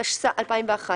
התשס"א 2001‏